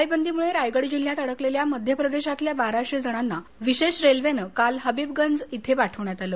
टाळेबंदीमुळे रायगड जिल्ह्यात अडकलेल्या मध्य प्रदेशातल्या बाराशे जणांना विशेष रेल्वेनं काल हबीबगंज इथं पाठवण्यात आलं